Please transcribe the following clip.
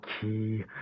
key